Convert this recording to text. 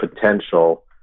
potential